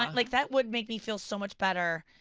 um like that would make me feel so much better,